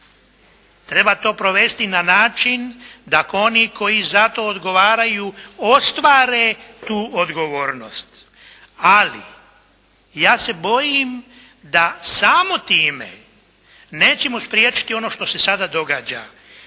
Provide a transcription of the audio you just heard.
Treba to provesti na način da oni koji za to odgovaraju ostvare tu odgovornost, ali ja se bojim da samo time nećemo spriječiti ono što se sada događa